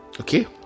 Okay